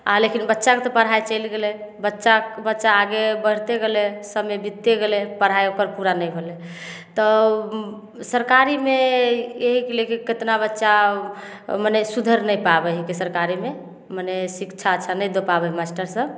आ लेकिन बच्चाके तऽ पढ़ाइ चलि गेलै बच्चाके बच्चा आगे बढ़ते गेलै समय बीतते गेलै पढ़ाइ ओकर पूरा नहि भेलै तऽ सरकारीमे इएहके ले के केतना बच्चा मने सुधैरि नहि पाबै हकै सरकारीमे मने शिक्षा अच्छा नहि दऽ पाबै मास्टरसब